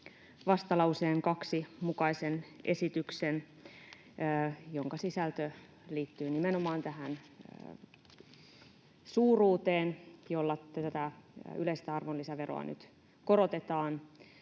vastalauseen 2. mukaisen esityksen, jonka sisältö liittyy nimenomaan tähän suuruuteen, jolla tätä yleistä arvonlisäveroa nyt korotetaan